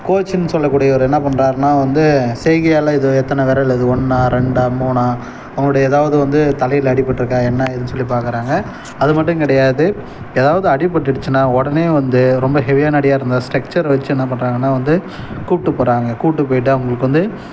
கோச்சின்னு சொல்லக்கூடியவர் என்ன பண்ணுறாருனா வந்து செய்கையால் இது எத்தனை விரலு இது ஒன்றா ரெண்டா மூணா அவங்களுடையா எதாவது வந்து தலையில் அடிபட்டிருக்கா என்ன ஏதுன்னு சொல்லி பார்க்கறாங்க அது மட்டும் கிடையாது ஏதாவது அடிபட்டுடுச்சுன்னா உடனே வந்து ரொம்ப ஹெவியான அடியாக இருந்தால் ஸ்டெக்ச்சர் வெச்சு என்ன பண்ணுறாங்கன்னா வந்து கூப்பிட்டு போகிறாங்க கூப்பிட்டு போய்விட்டு அவங்களுக்கு வந்து